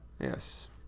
yes